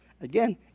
Again